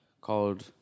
Called